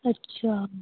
ਅੱਛਾ